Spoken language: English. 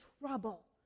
trouble